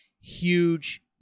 huge